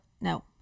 no